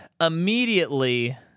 immediately